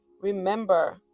Remember